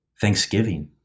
thanksgiving